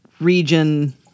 region